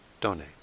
donate